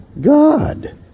God